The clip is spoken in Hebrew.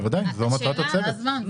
בוודאי, זו מטרת הצוות.